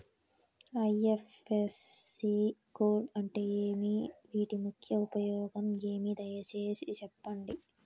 IFSC code అంటే ఏమి? వీటి ముఖ్య ఉపయోగం ఏమి? దయసేసి సెప్పండి?